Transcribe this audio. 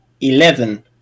Eleven